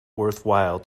worthwhile